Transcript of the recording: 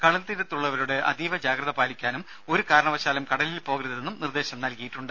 കടൽ തീരത്തുള്ളവരോട് അതീവ ജാഗ്രത പാലിക്കാനും ഒരു കാരണവശാലും കടലിൽ പോകരുതെന്നും നിർദ്ദേശം നൽകിയിട്ടുണ്ട്